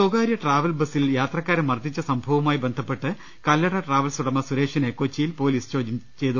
സ്വകാര്യ ട്രാവൽ ബസ്സിൽ യാത്രക്കാരെ മർദ്ദിച്ച സംഭവവുമായി ബന്ധപ്പെട്ട് കല്ലട ട്രാവൽസ് ഉടമ സുരേഷ്ഠിനെ കൊച്ചിയിൽ പൊലീസ് ചോദ്യം ചെയ്തു